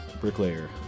Bricklayer